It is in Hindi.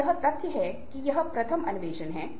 अब एक और बात यह है कि उत्तोलन कहा जाता है